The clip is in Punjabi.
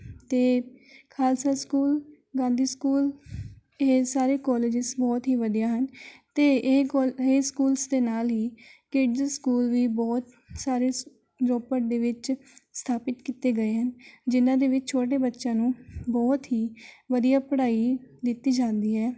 ਅਤੇ ਖਾਲਸਾ ਸਕੂਲ ਗਾਂਧੀ ਸਕੂਲ ਇਹ ਸਾਰੇ ਕੋਲਜਿਜ਼ ਬਹੁਤ ਹੀ ਵਧੀਆ ਹਨ ਅਤੇ ਇਹ ਕੋਲ ਇਹ ਸਕੂਲਜ਼ ਦੇ ਨਾਲ ਹੀ ਕਿਡਜ਼ ਸਕੂਲ ਵੀ ਬਹੁਤ ਸਾਰੇ ਸ ਰੋਪੜ ਦੇ ਵਿੱਚ ਸਥਾਪਿਤ ਕੀਤੇ ਗਏ ਹਨ ਜਿਨ੍ਹਾਂ ਦੇ ਵਿੱਚ ਛੋਟੇ ਬੱਚਿਆਂ ਨੂੰ ਬਹੁਤ ਹੀ ਵਧੀਆ ਪੜ੍ਹਾਈ ਦਿੱਤੀ ਜਾਂਦੀ ਹੈ